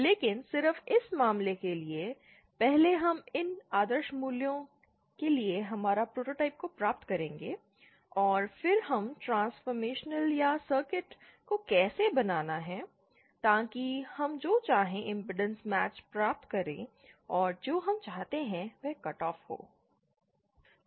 लेकिन सिर्फ इस मामले के लिए पहले हम इन आदर्श मूल्यों के लिए हमारे प्रोटोटाइप को प्राप्त करेंगे और फिर हम ट्रांसफॉर्मेशन या सर्किट को कैसे बदलना है ताकि हम जो चाहें इमपेडेंस मैच प्राप्त करें और जो हम चाहते हैं वह कट ऑफ फ्रीक्वेंसी हो